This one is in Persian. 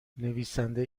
نویسنده